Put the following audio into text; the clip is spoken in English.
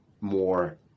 more